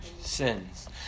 sins